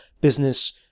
business